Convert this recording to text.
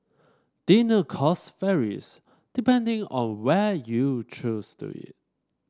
dinner cost varies depending on where you choose to eat